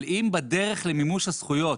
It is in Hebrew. אבל אם בדרך למימוש הזכויות